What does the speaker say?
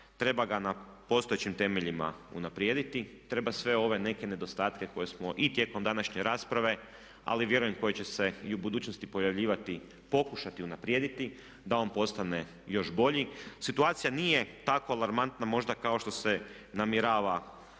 treba ga na postojećim temeljima unaprijediti, treba sve ove neke nedostatke koje smo i tijekom današnje rasprave, ali vjerujem koje će se i u budućnosti pojavljivati pokušati unaprijediti da on postane još bolji. Situacija nije tako alarmantna možda kao što se namjerava